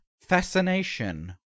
fascination